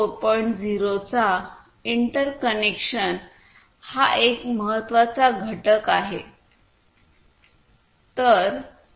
0 चा इंटरकनेक्शन एक महत्त्वाचा घटक आहे